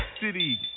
city